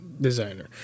designer